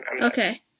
Okay